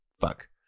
Fuck